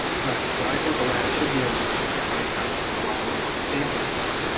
but what i think a lab should be able to do is provide guidance to the well owner on what to sample for.